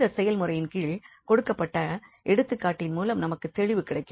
இந்த செயல்முறையின் கீழ் கொடுக்கப்பட்டுள்ள எடுத்துக்காட்டின் மூலம் நமக்கு தெளிவு கிடைக்கும்